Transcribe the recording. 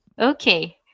okay